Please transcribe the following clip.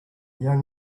young